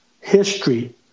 history